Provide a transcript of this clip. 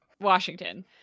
Washington